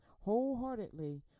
wholeheartedly